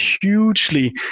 hugely